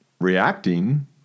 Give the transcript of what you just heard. reacting